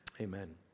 Amen